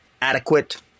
adequate